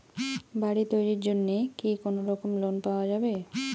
বাড়ি তৈরির জন্যে কি কোনোরকম লোন পাওয়া যাবে?